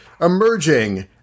emerging